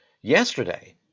yesterday